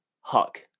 Huck